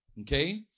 okay